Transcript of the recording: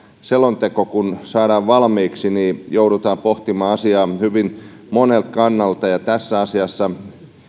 selonteko saadaan valmiiksi joudutaan pohtimaan asiaa hyvin monelta kannalta ja tässä asiassa